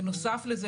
בנוסף לזה,